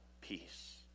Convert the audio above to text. peace